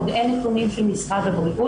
עוד נתונים של משרד הבריאות,